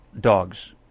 dogs